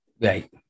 Right